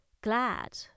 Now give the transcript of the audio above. glad